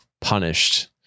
punished